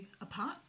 apart